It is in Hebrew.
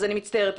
אני מצטערת.